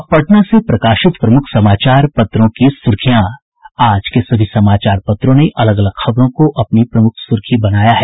अब पटना से प्रकाशित प्रमुख समाचार पत्रों की सुर्खियां आज के सभी समाचार पत्रों ने अलग अलग खबरों को अपनी प्रमुख सुर्खी बनाया है